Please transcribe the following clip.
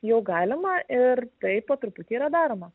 jau galima ir taip po truputį yra daroma